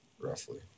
roughly